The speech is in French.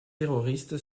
terroriste